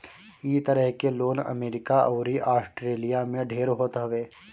इ तरह के लोन अमेरिका अउरी आस्ट्रेलिया में ढेर होत हवे